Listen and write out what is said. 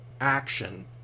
action